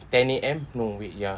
ten A_M no wait ya